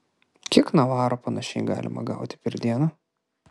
kiek navaro panašiai galima gauti per dieną